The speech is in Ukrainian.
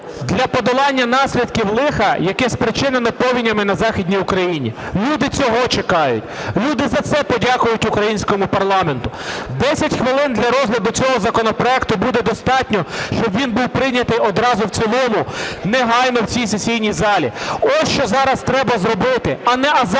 для подолання наслідків лиха, яке спричинене повенями на Західній Україні. Люди цього чекають, люди за це подякують українському парламенту. 10 хвилин для розгляду цього законопроекту буде достатньо, щоби він був прийнятий одразу в цілому, негайно, в цій сесійній залі. Ось що зараз треба зробити, а не азартними